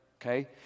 Okay